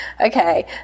Okay